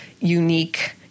unique